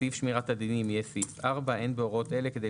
סעיף שמירת הדינים יהיה סעיף 4. שמירת דינים 4. אין בהוראות אלה כדי